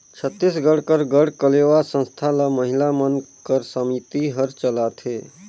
छत्तीसगढ़ कर गढ़कलेवा संस्था ल महिला मन कर समिति हर चलाथे